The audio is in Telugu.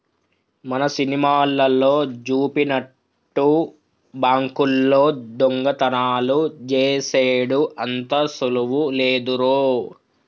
మన సినిమాలల్లో జూపినట్టు బాంకుల్లో దొంగతనాలు జేసెడు అంత సులువు లేదురో